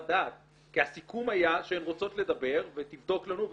דעת כי הסיכון היה שהן רוצות לדבר ותבדוק לנו,